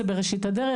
זה בראשית הדרך.